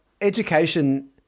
Education